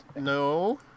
no